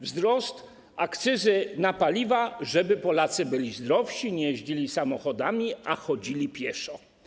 Wzrost akcyzy na paliwa, żeby Polacy byli zdrowsi, nie jeździli samochodami, ale chodzili pieszo.